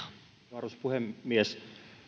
arvoisa puhemies